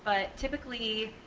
but typically,